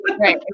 Right